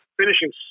finishing